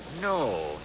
No